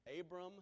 Abram